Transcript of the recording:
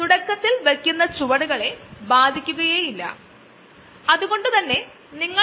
കുറച്ച് വർഷങ്ങൾക്ക് മുമ്പ് വരെ ഇതര ദ്രാവക ഇന്ധനങ്ങൾക് ആവശ്യക്കാർ ഏറെയായിരുന്നു അല്ലെങ്കിൽ വളരെ ഹോട്ട് ആയിരുന്നു